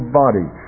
body